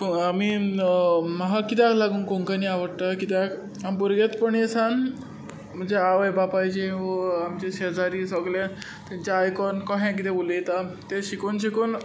आमी म्हाका किद्याक लागून कोंकणी आवडटा किद्याक भुरग्याचपणीसान म्हणजे आवय बापायची वो शेजारी सोगलें तांचें आयकोन कोहे कितें उलोयता तें शिकून शिकून